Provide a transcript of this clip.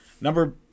Number